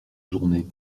journée